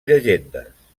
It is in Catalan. llegendes